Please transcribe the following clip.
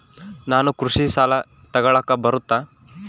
ನಾನು ಕೃಷಿ ಸಾಲ ತಗಳಕ ಬರುತ್ತಾ?